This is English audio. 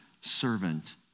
servant